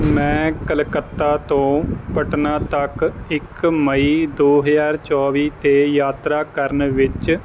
ਮੈਂ ਕਲਕੱਤਾ ਤੋਂ ਪਟਨਾ ਤੱਕ ਇੱਕ ਮਈ ਦੋ ਹਜ਼ਾਰ ਚੌਵੀ 'ਤੇ ਯਾਤਰਾ ਕਰਨ ਵਿੱਚ